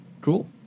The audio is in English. Cool